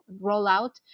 rollout